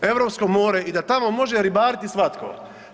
Europsko more i da tamo može ribariti svatko.